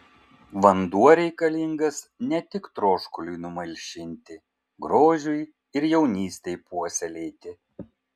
vanduo reikalingas ne tik troškuliui numalšinti grožiui ir jaunystei puoselėti